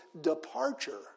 departure